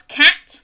cat